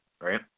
right